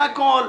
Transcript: זה הכול.